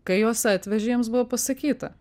kai juos atvežė jiems buvo pasakyta